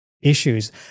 issues